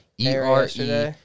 E-R-E